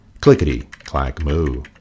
Clickety-clack-moo